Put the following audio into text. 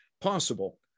possible